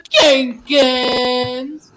Jenkins